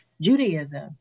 Judaism